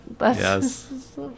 Yes